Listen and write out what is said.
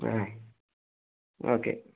ആ ഓക്കെ